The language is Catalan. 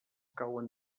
cauen